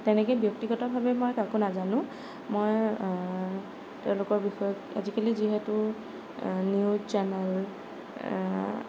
তেনেকৈ ব্যক্তিগতভাৱে মই কাকো নাজানো মই তেওঁলোকৰ বিষয়ে আজিকালি যিহেতু নিউজ চেনেল